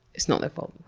it's not their fault.